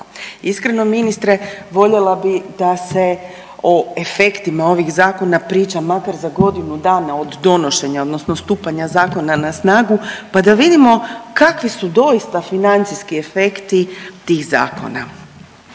Iskreno ministre voljela bi da se o efektima ovih zakona priča makar za godinu dana od donošenja odnosno od stupanja zakona na snagu pa da vidimo kakvi su doista financijski efekti tih zakona.